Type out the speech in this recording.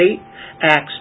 Acts